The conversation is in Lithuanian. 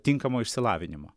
tinkamo išsilavinimo